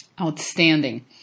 Outstanding